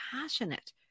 passionate